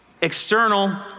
External